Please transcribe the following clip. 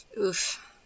oof